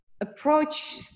approach